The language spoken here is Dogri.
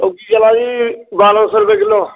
सौंगी चला दी बारां सौ रपेऽ किलो